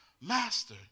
master